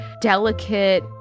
delicate